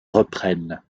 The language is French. reprennent